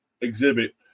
exhibit